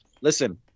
Listen